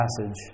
passage